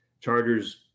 Chargers